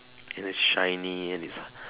and it's shiny and it's